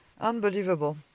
Unbelievable